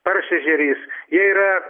paršežeris jie yra